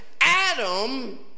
Adam